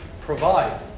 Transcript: provide